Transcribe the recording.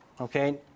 Okay